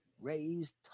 raised